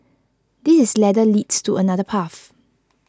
this ladder leads to another path